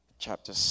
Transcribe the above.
Chapter